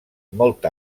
molt